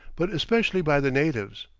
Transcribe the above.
but especially by the natives.